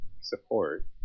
support